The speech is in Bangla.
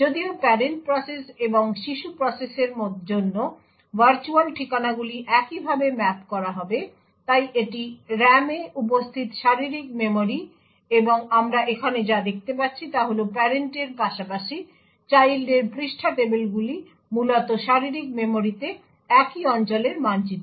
যদিও প্যারেন্ট প্রসেস এবং শিশু প্রসেসের জন্য ভার্চুয়াল ঠিকানাগুলি একইভাবে ম্যাপ করা হবে তাই এটি RAM তে উপস্থিত শারীরিক মেমরি এবং আমরা এখানে যা দেখতে পাচ্ছি তা হল প্যারেন্টের পাশাপাশি চাইল্ডের পৃষ্ঠা টেবিলগুলি মূলত শারীরিক মেমরিতে একই অঞ্চলের মানচিত্র